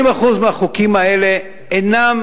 80% מהחוקים האלה אינם.